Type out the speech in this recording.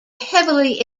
heavily